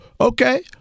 okay